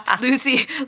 Lucy